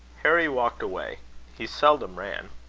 harry walked away he seldom ran.